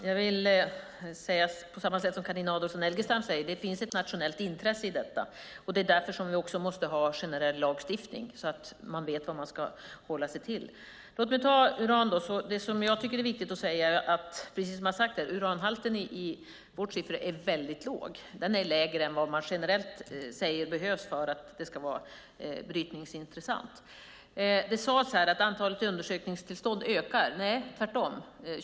Fru talman! Som Carina Adolfsson Elgestam säger finns det ett nationellt intresse i detta. Det är därför vi måste ha generell lagstiftning, så att man vet vad man ska hålla sig till. Som redan har sagts är uranhalten i vår skiffer väldigt låg. Den är lägre än vad man generellt säger behövs för att det ska vara brytningsintressant. Det sades att antalet undersökningstillstånd ökar. Nej, tvärtom!